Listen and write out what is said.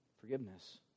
Forgiveness